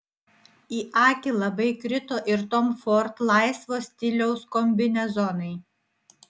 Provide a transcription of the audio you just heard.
į akį labai krito ir tom ford laisvo stiliaus kombinezonai